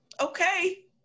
okay